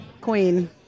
Queen